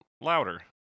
louder